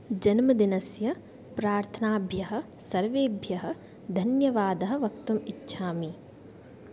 जन्मदिनस्य प्रार्थनाभ्यः सर्वेभ्यः धन्यवादः वक्तुम् इच्छामि